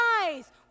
eyes